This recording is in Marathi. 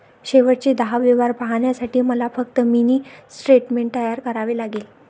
शेवटचे दहा व्यवहार पाहण्यासाठी मला फक्त मिनी स्टेटमेंट तयार करावे लागेल